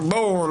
בואו.